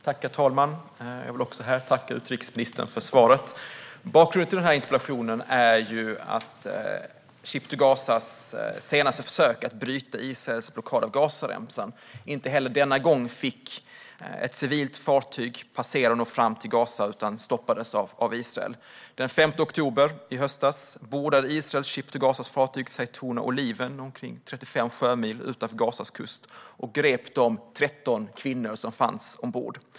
Herr talman! Jag tackar utrikesministern även för detta svar. Bakgrunden till denna interpellation är Ship to Gazas senaste försök att bryta Israels blockad av Gazaremsan. Inte heller denna gång fick ett civilt fartyg passera och nå fram till Gaza utan stoppades av Israel. Den 5 oktober, i höstas, bordade Israel Ship to Gazas fartyg Zaytouna-Oliven omkring 35 sjömil utanför Gazas kust och grep de 13 kvinnor som fanns ombord.